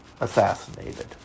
assassinated